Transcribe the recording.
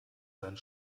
seinen